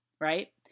right